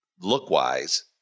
look-wise